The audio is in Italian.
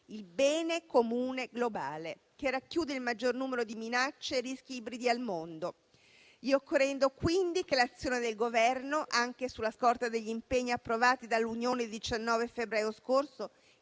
il bene comune globale, che racchiude il maggior numero di minacce e rischi ibridi al mondo. Credo quindi che l'azione del Governo, anche sulla scorta degli impegni approvati dall'Unione europea il 19 febbraio scorso,